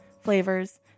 flavors